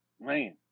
man